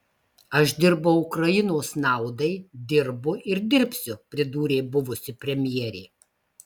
aš dirbau ukrainos naudai dirbu ir dirbsiu pridūrė buvusi premjerė